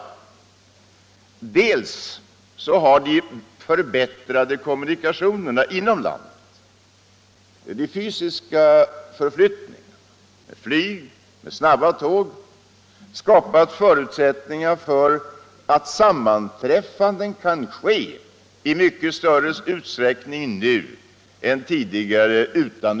För det första har de förbättrade kommunikationerna inom landet — de fysiska förflyttningarna med flyg, med tåg — skapat förutsättningar för att sammanträffanden utan övernattning kan ske i mycket större utsträckning nu än tidigare.